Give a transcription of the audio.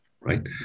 right